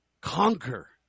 conquer